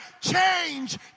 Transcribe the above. change